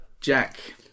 Jack